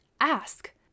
ask